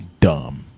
Dumb